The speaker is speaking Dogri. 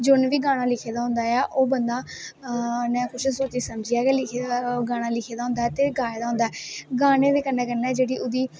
जिनें बी गाना लिखे दा होंदा ओह् बंदा उनैं कुछ सोची समझियै गै गाना लिखे दा होंदा ऐ ते गाए दा होंदा ऐ गाने दे कन्नै जेह्ड़ी ओह्दी